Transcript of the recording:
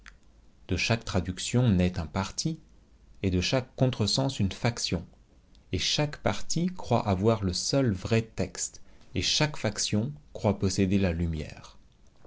de chaque traduction naît un parti et de chaque contre-sens une faction et chaque parti croit avoir le seul vrai texte et chaque faction croit posséder la lumière